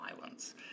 violence